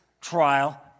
trial